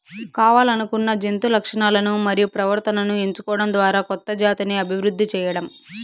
కావల్లనుకున్న జంతు లక్షణాలను మరియు ప్రవర్తనను ఎంచుకోవడం ద్వారా కొత్త జాతిని అభివృద్ది చేయడం